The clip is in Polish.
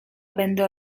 będę